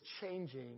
changing